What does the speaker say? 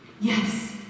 yes